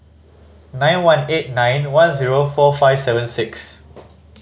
nine one eight nine one zero four five seven six